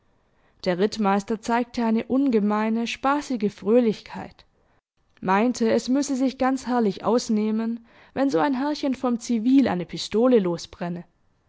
der rittmeister zeigte eine ungemeine spaßige fröhlichkeit meinte es müsse sich ganz herrlich ausnehmen wenn so ein herrchen vom zivil eine pistole